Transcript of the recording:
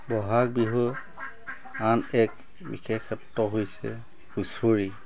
বহাগ বিহুৰ আন এক বিশেষত্ব হৈছে হুঁচৰি